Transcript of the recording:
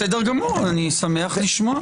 בסדר גמור, אני שמח לשמוע.